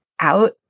out